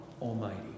Almighty